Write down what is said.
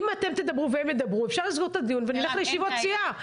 אם אתם תדברו והם ידברו אפשר לסגור את הדיון ונלך לישיבת סיעה.